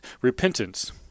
repentance